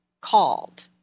called